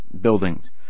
buildings